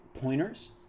pointers